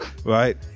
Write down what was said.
right